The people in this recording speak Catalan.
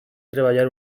treballar